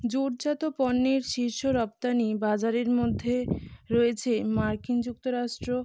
জুটজাত পণ্যের শীর্ষ রফতানি বাজারের মধ্যে রয়েছে মার্কিন যুক্তরাষ্ট্র